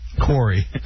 Corey